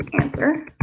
answer